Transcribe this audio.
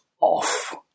off